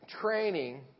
training